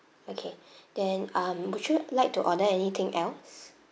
okay then um would you like to order anything else